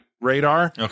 radar